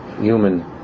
human